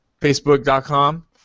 facebook.com